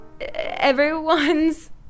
everyone's